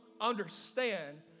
understand